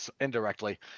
indirectly